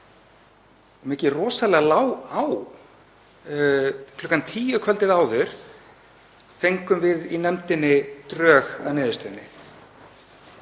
Mikið rosalega lá á. Klukkan tíu kvöldið áður fengum við í nefndinni drög að niðurstöðunni.